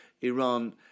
Iran